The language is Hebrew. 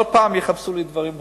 כל פעם יחפשו דברים אחרים.